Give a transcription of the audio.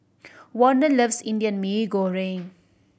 Warner loves Indian Mee Goreng